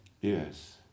yes